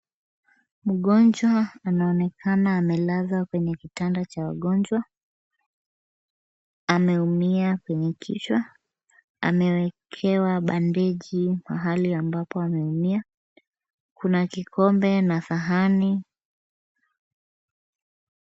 Mgonjwa anaonekana amelazwa kwenye kitanda cha wagonjwa. Ameumia kwenye kichwa. Amewekewa bandeji mahali ambapo ameumia. Kuna kikombe na sahani.